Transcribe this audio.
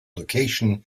location